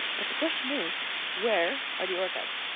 but the question is, where are the orcas?